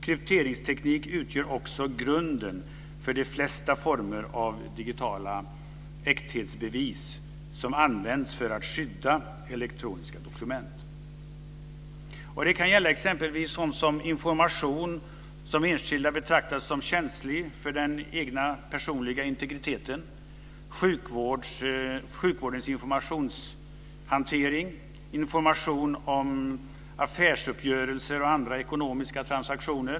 Kryptoteknik utgör också grunden för de flesta former av digitala äkthetsbevis som används för att skydda elektroniska dokument. Det kan gälla exempelvis information som enskilda betraktar som känslig för den personliga integriteten, sjukvårdens informationshantering och information om affärsuppgörelser och andra ekonomiska transaktioner.